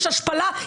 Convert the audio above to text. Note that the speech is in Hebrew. יש השפלה,